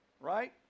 right